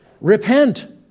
Repent